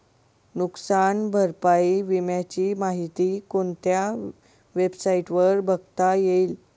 नुकसान भरपाई विम्याची माहिती कोणत्या वेबसाईटवर बघता येईल?